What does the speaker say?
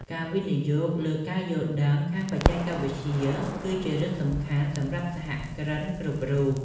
ការវិនិយោគលើការយល់ដឹងខាងបច្ចេកវិទ្យាគឺជារឿងសំខាន់សម្រាប់សហគ្រិនគ្រប់រូប។